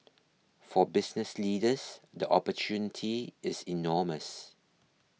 for business leaders the opportunity is enormous